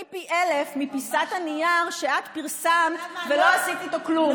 פי אלף מפיסת הנייר שאת פרסמת ולא עשית איתו כלום,